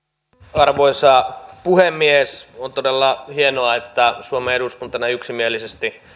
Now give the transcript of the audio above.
arvoisa puhemies on todella hienoa että suomen eduskunta näin yksimielisesti